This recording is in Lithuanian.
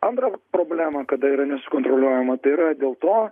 antra problema kada yra nesukontroliuojama tai yra dėl to